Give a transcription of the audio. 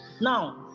Now